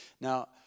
Now